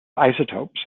isotopes